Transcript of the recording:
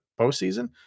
postseason